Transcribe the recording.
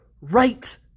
right